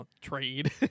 trade